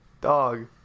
Dog